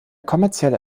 kommerzielle